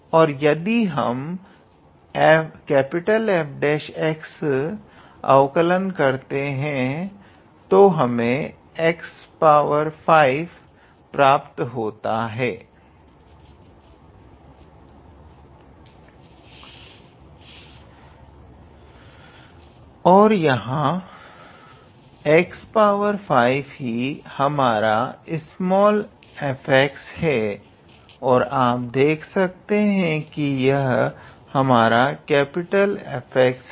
और यदि हम 𝐹𝑥 का अवकलन करते हैं तो हमें x5 प्राप्त होता है और यहां यह x5 ही हमारा f है और आप देख सकते हैं कि अब यह हमारा F है